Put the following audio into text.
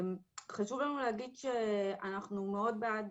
חשוב לנו להגיד שאנחנו מאוד בעד